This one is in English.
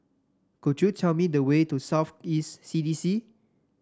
could you tell me the way to South East C D C